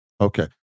Okay